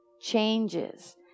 changes